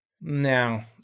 now